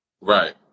Right